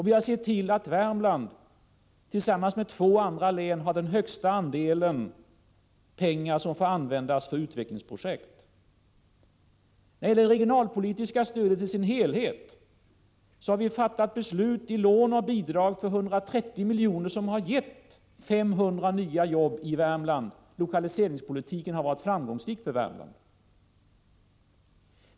Vi har sett till att Värmland tillsammans med två andra län har den högsta andelen pengar som får användas för utvecklingsprojekt. När det gäller det regionalpolitiska stödet i sin helhet har vi fattat beslut om lån och bidrag på 130 miljoner som har gett 500 nya jobb i Värmland. Lokaliseringspolitiken har varit framgångsrik i Värmland.